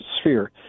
sphere